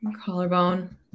Collarbone